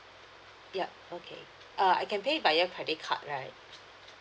yup okay uh I can pay via credit card right